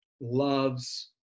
loves